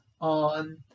on